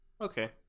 okay